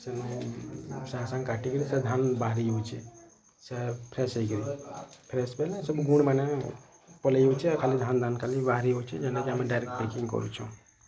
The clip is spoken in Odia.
ସେନୁ ସାଙ୍ଗେ ସାଙ୍ଗେ କାଟିକରି ସେ ଧାନ ବାହାରି ଯାଉଛେ ସେ ଫ୍ରେଶ୍ ହେଇକିରି ଫ୍ରେଶ୍ ସବୁ ଗୁଣ ମାନେ ପଲେଇ ଯାଉଛେ ଖାଲି ଧାନ ଧାନ ଖାଲି ବାହାରି ଯାଉଛେ ଯେନ ଟା କି ଆମେ ଡାଇରେକ୍ଟ୍ ପେକିଙ୍ଗ୍ କରୁଛୁଁ